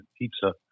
pizza